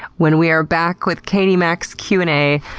when we're back with katie mack's q and a.